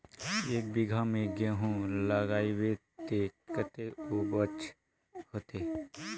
एक बिगहा में गेहूम लगाइबे ते कते उपज होते?